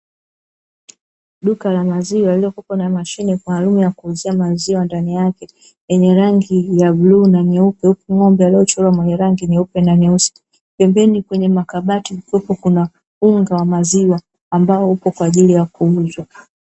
Duka la maziwa lenye mashine ya kuuzia maziwa lenye rangi ya bluu na nyeupe, ng'ombe aliyechorwa mwenye rangi nyeupe na nyeusi. Pembeni kwenye makabati huko kuna unga wa maziwa, ambao upo kwa ajili ya kuuzwa.